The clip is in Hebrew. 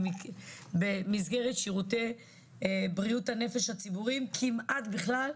במסגרת שירותי בריאות הנפש הציבורים כמעט בכלל,